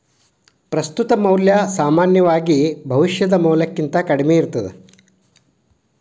ಪ್ರಸ್ತುತ ಮೌಲ್ಯ ಸಾಮಾನ್ಯವಾಗಿ ಭವಿಷ್ಯದ ಮೌಲ್ಯಕ್ಕಿಂತ ಕಡ್ಮಿ ಇರ್ತದ